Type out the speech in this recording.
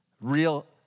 real